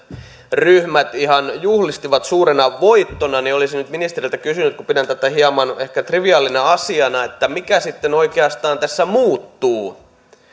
ryhmät ihan juhlistivat suurena voittona niin olisin nyt ministeriltä kysynyt kun pidän tätä hieman ehkä triviaalina asiana mikä sitten oikeastaan tässä muuttuu